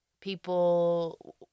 people